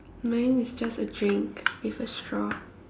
mine is just a drink with a straw